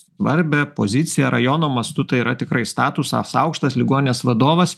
svarbią poziciją rajono mastu tai yra tikrai statusas aukštas ligoninės vadovas